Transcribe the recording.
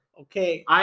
Okay